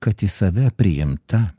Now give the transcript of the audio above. kad į save priimta